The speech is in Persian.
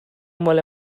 مال